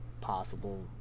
Possible